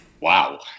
wow